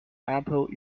apple